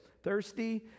thirsty